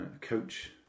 coach